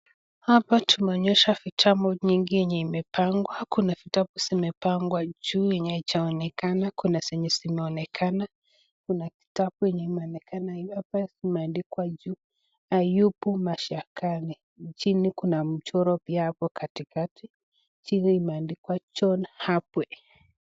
Hapa tumeonyeshwa vitabu nyingi yenye imepangwa ,kuna vitabu zimepangwa juu yenye haijaonekana, kuna zenye zimeonekana, kuna kitabu yenye imeonekana hapa imeandikwa juu Ayubu Mashakani, chini kuna mchoro pia hapo katikati, chini imeandikwa John Habwe.